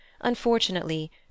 Unfortunately